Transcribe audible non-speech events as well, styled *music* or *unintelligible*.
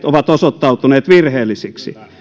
*unintelligible* ovat osoittautuneet virheellisiksi